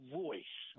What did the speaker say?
voice